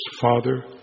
Father